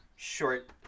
Short